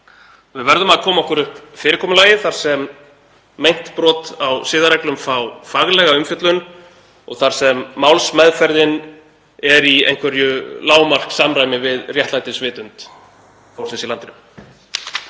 Við verðum að koma okkur upp fyrirkomulagi þar sem meint brot á siðareglum fá faglega umfjöllun, þar sem málsmeðferðin er í einhverju lágmarksamræmi við réttlætisvitund fólksins í landinu.